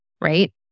right